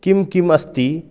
किं किम् अस्ति